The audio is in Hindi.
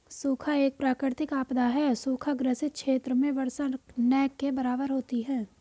सूखा एक प्राकृतिक आपदा है सूखा ग्रसित क्षेत्र में वर्षा न के बराबर होती है